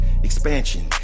Expansion